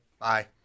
Bye